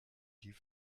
die